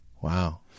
Wow